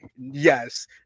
Yes